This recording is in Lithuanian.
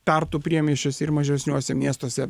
tartu priemiesčiuose ir mažesniuose miestuose